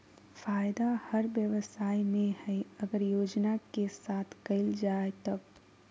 फायदा हर व्यवसाय में हइ अगर योजना के साथ कइल जाय तब